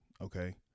Okay